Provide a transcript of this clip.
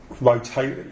rotate